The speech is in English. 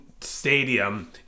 Stadium